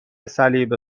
صلیب